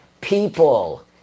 people